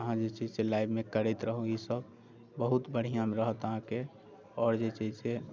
अहाँ जे छै से लाइफमे करैत रहू ई सभ बहुत बढ़िआँ रहत अहाँकेँ आओर जे छै से